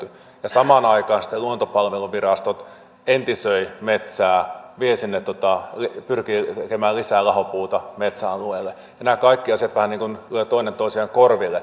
ja samaan aikaan sitten luontopalveluvirasto entisöi metsää pyrkii tekemään lisää lahopuuta metsäalueelle ja nämä kaikki asiat vähän niin kuin lyövät toinen toisiaan korville